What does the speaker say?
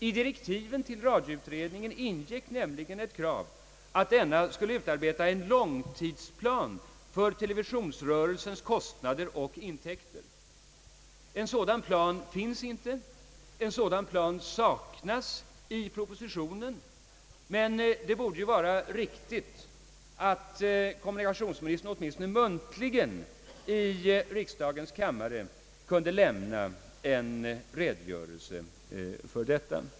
I direktiven till radioutredningen ingick nämligen ett krav att denna skulle utarbeta en långtidsplan för = televisionsrörelsens kostnader och intäkter. En sådan plan saknas i propositionen, men det borde ju vara riktigt att kommunikationsministern åtminstone muntligen i riksdagen kunde lämna en redogörelse för detta.